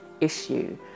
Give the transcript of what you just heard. issue